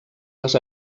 les